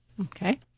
Okay